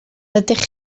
ydych